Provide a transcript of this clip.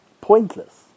pointless